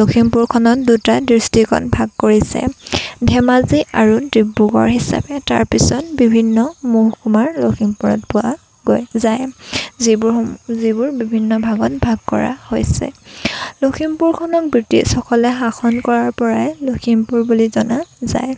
লক্ষীমপুৰখনক দুটা ডিচট্ৰিক্টত ভাগ কৰিছে ধেমাজী আৰু ডিব্ৰুগড় হিচাপে তাৰপাছত বিভিন্ন মহকুমা লক্ষীমপুৰত পোৱা যায় যিবোৰ বিভিন্ন ভাগত ভাগ কৰা হৈছে লক্ষীমপুৰখনত বৃটিছসকলে শাসন কৰাৰ পৰাই লক্ষীমপুৰ বুলি জনা যায়